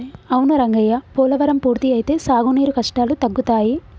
అవును రంగయ్య పోలవరం పూర్తి అయితే సాగునీరు కష్టాలు తగ్గుతాయి